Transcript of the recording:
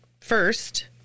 First